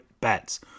Bets